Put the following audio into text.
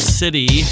city